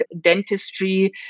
dentistry